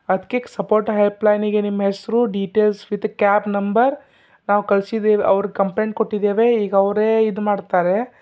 ಅದಕ್ಕೆ ಈಗ ಸಪೋರ್ಟ್ ಹೆಲ್ಪ್ಲೈನಿಗೆ ನಿಮ್ಮ ಹೆಸರು ಡೀಟೇಲ್ಸ್ ವಿತ್ ಕ್ಯಾಬ್ ನಂಬರ್ ನಾವು ಕಳ್ಸಿದೇವೆ ಅವ್ರ ಕಂಪ್ಲೇಂಟ್ ಕೊಟ್ಟಿದ್ದೇವೆ ಈಗ ಅವರೇ ಇದು ಮಾಡ್ತಾರೆ